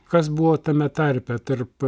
kas buvo tame tarpe tarp